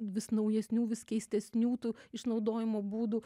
vis naujesnių vis keistesnių tų išnaudojimo būdų